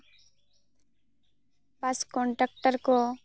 ᱵᱟᱥ conductor ᱠᱚ